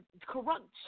corrupt